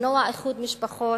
למנוע איחוד משפחות,